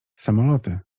samoloty